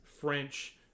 French